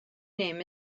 name